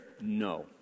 No